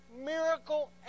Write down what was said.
miracle